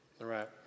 right